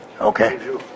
Okay